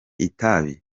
itabi